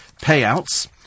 payouts